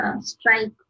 strike